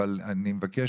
אבל אני מבקש,